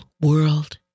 world